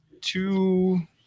two